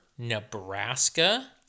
Nebraska